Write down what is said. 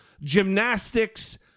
gymnastics